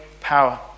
power